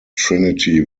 trinity